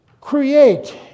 Create